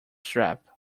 strap